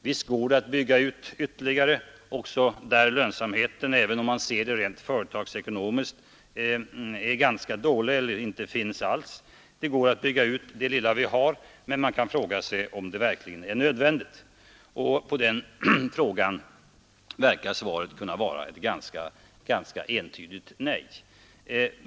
Visst går det att bygga ut ytterligare också där lönsamheten, om man ser det rent företagsekonomiskt, är ganska liten eller inte finns alls. Det går att bygga ut det lilla vi har, men man kan fråga sig om det verkligen är nödvändigt. På den frågan verkar svaret kunna vara ett entydigt nej.